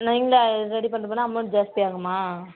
நீங்கள் ரெடி பண்ணிவிட்டுப் போனால் அமௌண்ட் ஜாஸ்தியாக ஆகுமா